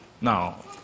Now